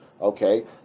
okay